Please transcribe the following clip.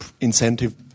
incentive